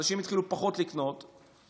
אנשים התחילו לקנות פחות,